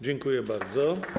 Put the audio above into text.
Dziękuję bardzo.